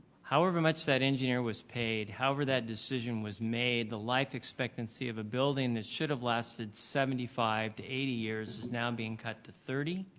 however much that engineer was paid, however that decision was made, the life expectancy of a building that should have lasted seventy five to eighty years is now being cut to thirty.